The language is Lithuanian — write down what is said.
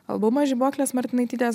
albumą žibuoklės martinaitytės